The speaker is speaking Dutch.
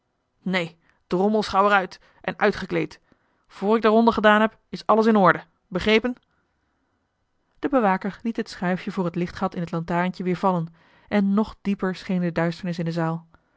neen drommels gauw er uit en uitgekleed voor ik de ronde gedaan heb is alles in orde begrepen de bewaker liet het schuifje voor het lichtgat in het lantaarntje weer vallen en nog dieper scheen de duisternis in de zaal